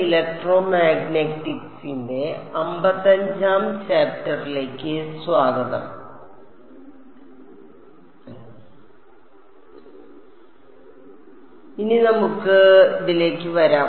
ഇനി നമുക്ക് അതിലേക്ക് വരാം